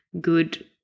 good